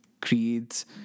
creates